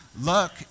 Luck